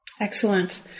Excellent